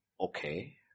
Okay